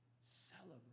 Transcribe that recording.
celebrate